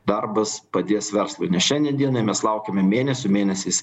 darbas padės verslui nes šiandien dienai mes laukiame mėnesių mėnesiais